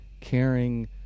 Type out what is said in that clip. caring